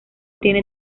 tiene